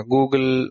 Google